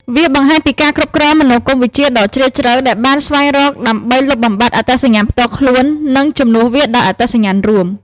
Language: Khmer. វាបង្ហាញពីការគ្រប់គ្រងមនោគមវិជ្ជាដ៏ជ្រាលជ្រៅដែលបានស្វែងរកដើម្បីលុបបំបាត់អត្តសញ្ញាណផ្ទាល់ខ្លួននិងជំនួសវាដោយអត្តសញ្ញាណរួម។